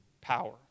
power